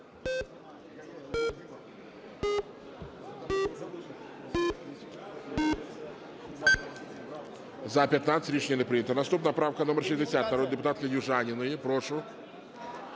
За-15 Рішення не прийнято. Наступна правка - номер 60, народного депутата Южаніної. Прошу.